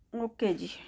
okay ਜੀ